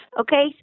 okay